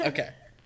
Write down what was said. Okay